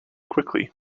quickly